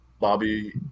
Bobby